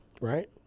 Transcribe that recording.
right